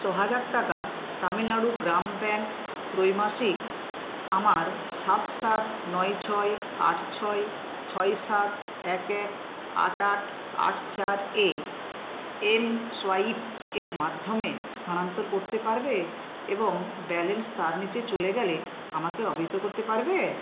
ছ হাজার টাকা তামিলনাড়ু গ্রাম ব্যাঙ্ক ত্রৈমাসিক আমার সাত সাত নয় ছয় আট ছয় ছয় সাত এক এক আট আট আট চার এ এমসোয়াইপ এর মাধ্যমে স্থানান্তর করতে পারবে এবং ব্যালেন্স তার নিচে চলে গেলে আমাকে অবহিত করতে পারবে